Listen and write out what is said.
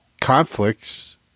conflicts